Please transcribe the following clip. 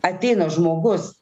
ateina žmogus